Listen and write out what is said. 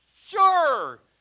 Sure